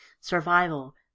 survival